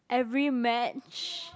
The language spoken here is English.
every match